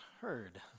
heard